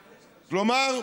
כלומר,